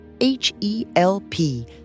H-E-L-P